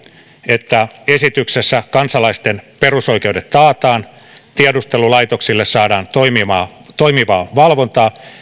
että esityksessä kansalaisten perusoikeudet taataan tiedustelulaitoksille saadaan toimivaa toimivaa valvontaa